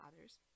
others